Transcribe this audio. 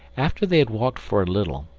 after they had walked for a little,